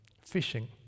fishing